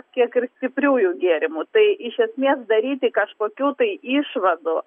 tiek ir stipriųjų gėrimų tai iš esmės daryti kažkokių tai išvadų